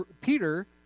Peter